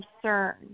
concern